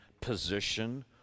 position